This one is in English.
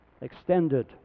extended